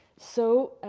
so,